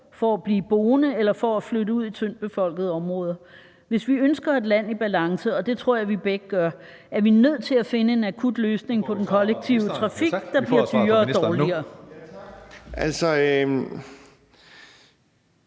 for at blive boende eller for at flytte ud i tyndt befolkede områder. Hvis vi ønsker et land i balance – og det tror jeg vi begge gør – er vi nødt til at finde en akut løsning i forhold til den kollektive trafik, der bliver dyrere og dårligere. Kl.